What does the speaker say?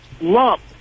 lump